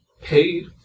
paid